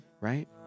Right